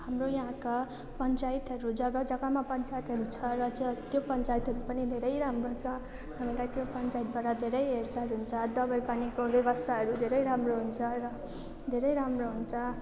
हाम्रो यहाँका पञ्चायतहरू जग्गा जग्गामा पञ्चायतहरू छ र ज त्यो पञ्चायतहरू पनि धेरै राम्रो छ हामीलाई त्यो पञ्चायतबाट धेरै हेरचाह हुन्छ दबाईपानीको व्यवस्थाहरू धेरै राम्रो हुन्छ र धेरै राम्रो हुन्छ